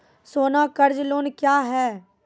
सोना कर्ज लोन क्या हैं?